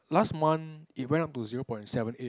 last month it went up to zero point seven eight